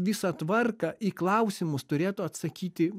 visą tvarką į klausimus turėtų atsakyti